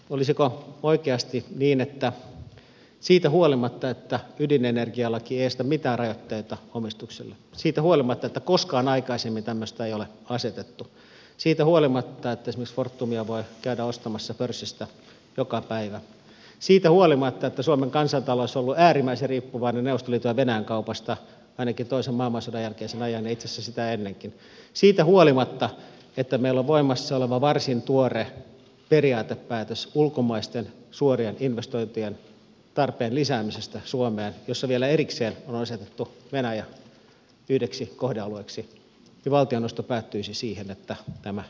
olisiko oikeasti niin että siitä huolimatta että ydinenergialaki ei aseta mitään rajoitteita omistukselle siitä huolimatta että koskaan aikaisemmin tämmöistä ei ole asetettu siitä huolimatta että esimerkiksi fortumia voi käydä ostamassa pörssistä joka päivä siitä huolimatta että suomen kansantalous on ollut äärimmäisen riippuvainen neuvostoliiton ja venäjän kaupasta ainakin toisen maailmansodan jälkeisen ajan ja itse asiassa sitä ennenkin siitä huolimatta että meillä on voimassa oleva varsin tuore periaatepäätös ulkomaisten suorien investointien tarpeen lisäämisestä suomeen jossa vielä erikseen on asetettu venäjä yhdeksi kohdealueeksi niin siitä huolimatta valtioneuvosto päätyisi siihen että tämä ei ole mahdollista